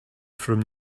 from